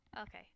Okay